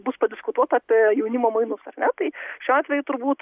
bus padiskutuota apie jaunimo mainus ar ne tai šiuo atveju turbūt